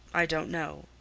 i don't know.